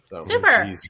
Super